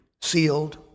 sealed